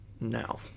now